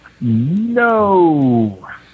No